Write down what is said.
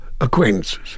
acquaintances